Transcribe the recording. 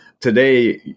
today